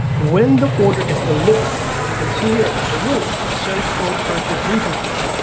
when the order is delivered, as you can see here, there's a rule. send post-purchase review flow.